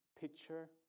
picture